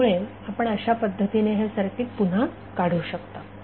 त्यामुळे आपण अशा पद्धतीने हे सर्किट पुन्हा काढू शकता